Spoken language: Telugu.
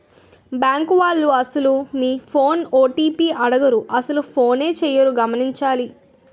బ్యాంకు వాళ్లు అసలు మీ ఫోన్ ఓ.టి.పి అడగరు అసలు ఫోనే చేయరు గమనించాలి